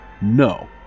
No